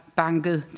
banket